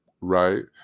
right